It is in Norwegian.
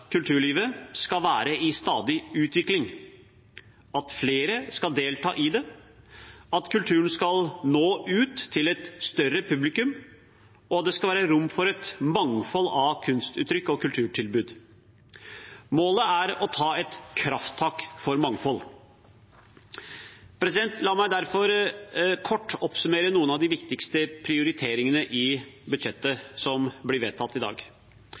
kulturlivet skal være i stadig utvikling, at flere skal delta i det, at kulturen skal nå ut til et større publikum, og at det skal være rom for et mangfold av kunstuttrykk og kulturtilbud. Målet er å ta et krafttak for mangfold. La meg derfor kort oppsummere noen av de viktigste prioriteringene i budsjettet som blir vedtatt i dag: